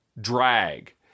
drag